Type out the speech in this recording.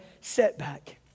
setback